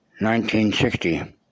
1960